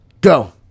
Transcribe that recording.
go